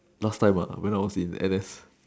last time ah when I was in N_S